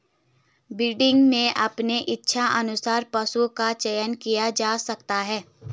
breeding में अपने इच्छा अनुसार पशु का चयन किया जा सकता है